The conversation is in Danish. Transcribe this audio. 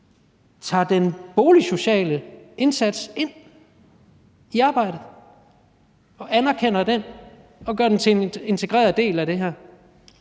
tager den boligsociale indsats ind i arbejdet og anerkender den og gør den til en integreret del af det her.